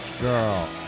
Girl